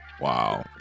Wow